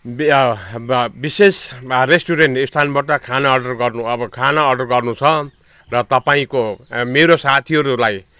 बे ब विशेष रेस्टुरेन्ट स्थानबाट खाना अर्डर गर्नु अब खाना गर्नु छ र तपाईँको मेरो साथीहरूलाई